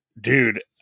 dude